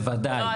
לא.